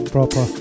Proper